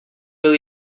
byl